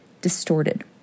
distorted